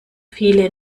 viele